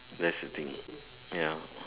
that's the thing ya